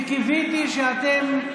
וקיוויתי שאתם,